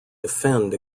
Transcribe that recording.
defend